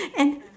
and